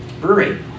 brewery